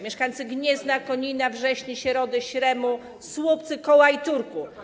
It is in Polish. Mieszkańcy Gniezna, Konina, Wrześni, Środy, Śremu, Słupcy, Koła i Turku.